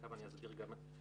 תכף אני אסביר גם מדוע.